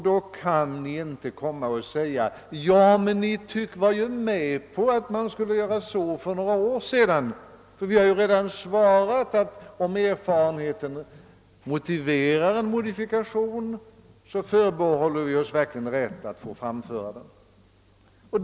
Då kan Ni inte säga: »Men ni var ju med på att man skulle göra så för några år sedan.» Vi har redan svarat att om erfarenheten motiverar en modifikation, så förbehåller vi oss verkligen rätt att föreslå den.